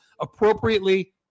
appropriately